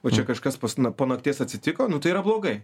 o čia kažkas pasn po nakties atsitiko nu tai yra blogai